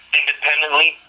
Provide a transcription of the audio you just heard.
independently